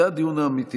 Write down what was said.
זה הדיון האמיתי,